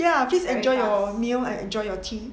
ya please enjoy your meal and enjoy your tea